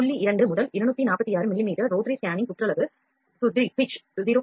2 முதல் 246 மிமீ rotary scanning சுற்றளவு சுருதி 0